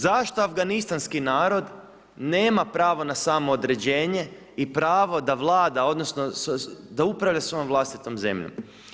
Zašto afganistanski narod nema pravo na samoodređenje i pravo da vlada odnosno, da upravlja svojom vlastitom zemljom.